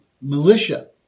militia